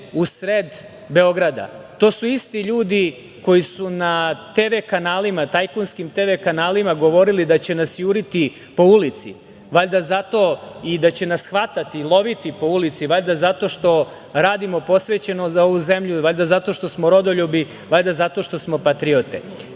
u sred Beograda. To su isti ljudi koji su na TV kanalima, tajkunskim TV kanalima, govorili da će nas juriti po ulici i da će nas hvatati, loviti po ulici, valjda zato što radimo posvećeno za ovu zemlju, valjda zato što smo rodoljubi, valjda zato što smo patriote.U